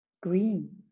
Green